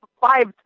five